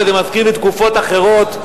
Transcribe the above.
זה מזכיר לי תקופות אחרות,